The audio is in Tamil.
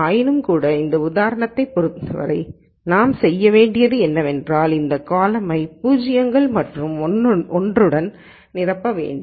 ஆயினும்கூட இந்த உதாரணத்தைப் பொருத்தவரை நாம் செய்ய வேண்டியது என்னவென்றால் இந்த காலமை பூஜ்ஜியங்கள் மற்றும் 1 டன் நிரப்ப வேண்டும்